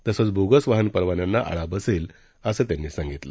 तसंच बोगस वाहन परवान्यांना आळा बसेल असं त्यांनी सांगितलं